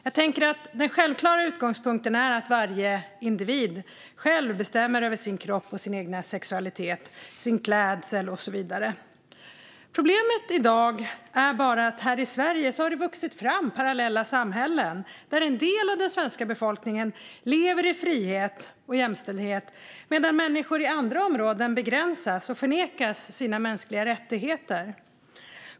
Jag tänker att den självklara utgångspunkten är att varje individ själv bestämmer över sin kropp och sin sexualitet, sin klädsel och så vidare. Problemet i dag är dock att det här i Sverige har vuxit fram parallella samhällen där en del av den svenska befolkningen lever i frihet och jämställdhet medan människor i andra områden begränsas och förnekas sina mänskliga rättigheter.